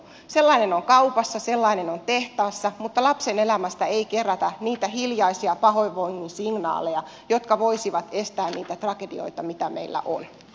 sellainen on kaupassa sellainen on tehtaassa mutta lapsen elämästä ei kerätä niitä hiljaisia pahoinvoinnin signaaleja jotka voisivat estää niitä tragedioita mitä meillä on